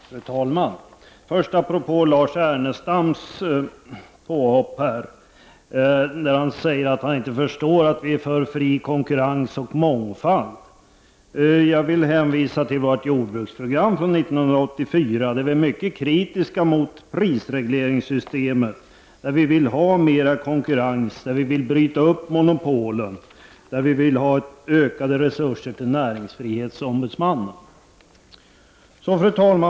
Fru talman! Jag vill först säga följande apropå Lars Ernestams påhopp. Han säger att han inte förstår att vi miljöpartister är för fri konkurrens och mångfald. Jag vill hänvisa till vårt jordbruksprogram från 1984, där vi är mycket kritiska mot prisregleringssystemen. Vi vill ha mer konkurrens, bryta upp monopolen och ha ökade resurser till näringsfrihetsombudsmannen. Fru talman!